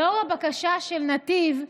לאור הבקשה של נתיב,